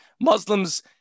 Muslims